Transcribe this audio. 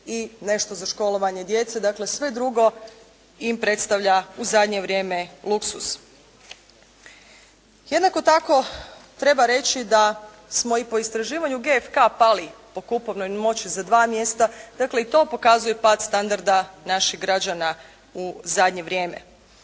i nešto za školovanje djece. Dakle sve drugo im predstavlja u zadnje vrijeme luksuz. Jednako tako treba reći da smo i po istraživanju GFK-a pali po kupovnoj moći za dva mjesta. Dakle i to pokazuje pad standarda naših građana u zadnje vrijeme.